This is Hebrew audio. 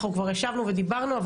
אנחנו כבר ישבנו ודיברנו,